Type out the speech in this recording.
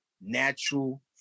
natural